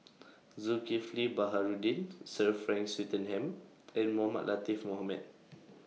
Zulkifli Baharudin Sir Frank Swettenham and Mohamed Latiff Mohamed